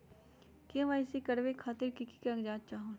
KYC करवे खातीर के के कागजात चाहलु?